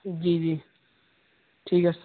جی جی ٹھیک ہے